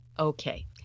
Okay